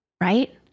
Right